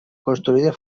construïda